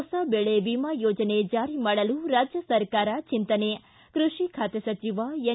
ಹೊಸ ಬೆಳೆ ವಿಮಾ ಯೋಜನೆ ಜಾರಿ ಮಾಡಲು ರಾಜ್ಯ ಸರಕಾರ ಚಿಂತನೆ ಕೃಷಿ ಖಾತೆ ಸಚಿವ ಎನ್